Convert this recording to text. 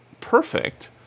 perfect